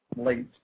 late